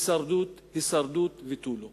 הישרדות, הישרדות ותו לא.